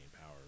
power